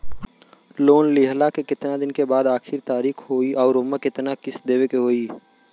Loan लेहला के कितना दिन के बाद आखिर तारीख होई अउर एमे कितना किस्त देवे के होई?